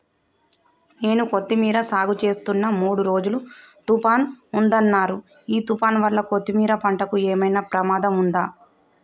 నేను కొత్తిమీర సాగుచేస్తున్న మూడు రోజులు తుఫాన్ ఉందన్నరు ఈ తుఫాన్ వల్ల కొత్తిమీర పంటకు ఏమైనా ప్రమాదం ఉందా?